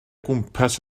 gwmpas